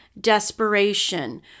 desperation